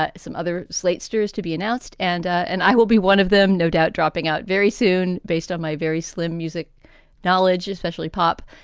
some other slate stories to be announced. and and i will be one of them, no doubt dropping out very soon based on my very slim music knowledge, especially pop.